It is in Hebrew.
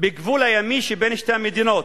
בגבול הימי שבין שתי המדינות.